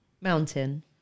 Mountain